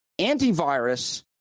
antivirus